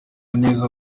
neza